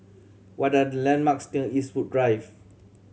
what are the landmarks near Eastwood Drive